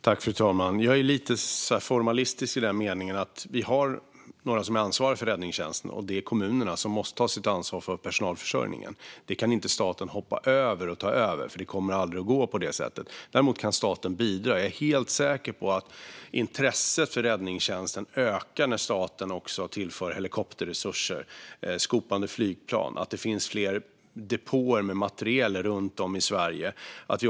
Fru talman! Jag är lite formalistisk i den meningen att eftersom det är kommunerna som har ansvaret för räddningstjänsten måste de också ta ansvar för personalförsörjningen. Staten kan inte bortse från det och ta över detta ansvar, för det kommer aldrig att gå. Däremot kan staten bidra, och jag är helt säker på att intresset för räddningstjänsten ökar när staten tillför helikopterresurser, skopande flygplan och fler depåer med material runt om i Sverige.